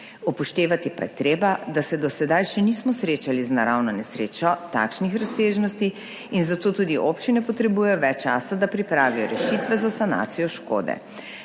Upoštevati pa je treba, da se do sedaj še nismo srečali z naravno nesrečo takšnih razsežnosti in zato tudi občine potrebujejo več časa, da pripravijo rešitve za sanacijo škode.